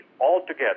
altogether